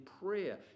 prayer